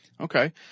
Okay